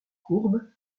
courbes